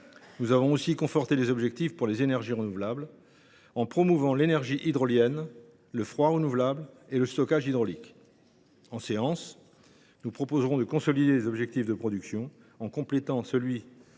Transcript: nous avons conforté ceux qui s’appliquent aux énergies renouvelables en promouvant l’énergie hydrolienne, le froid renouvelable et le stockage hydraulique. En séance, nous proposerons de consolider les objectifs de production en complétant celui